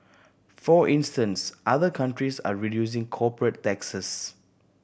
for instance other countries are reducing corporate taxes